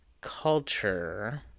culture